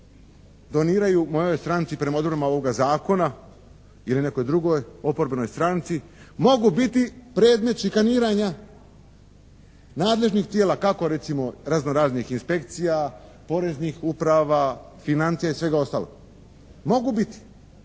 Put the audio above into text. doniraju mojoj stranci prema odredbama ovoga zakona ili nekoj drugoj oporbenoj stranci mogu biti predmet šikaniranja nadležnih tijela kako recimo razno raznih inspekcija, poreznih uprava, financija i svega ostaloga, mogu biti.